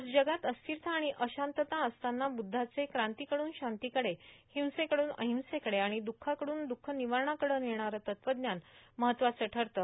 आज जगात अस्थिरता आणि अशांतता असतांना बुद्धांचे क्रांतीकडून शांतीकडे हिसेकडून अर्णहसेकडे आणि दुखाकड्रन दुखनिवारणाकडे नेणारं तत्वज्ञान महत्वाचं ठरतं